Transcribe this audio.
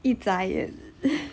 一眨眼